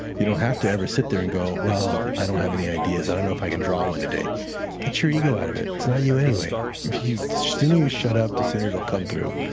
you don't have to ever sit there and go well, i don't have any ideas i don't know if i can draw one today. get your ego out of it. it's not you, anyway. the sooner you shut up, the sooner it will come through.